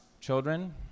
children